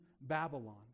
Babylon